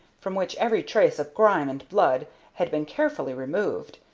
from which every trace of grime and blood had been carefully removed,